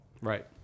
right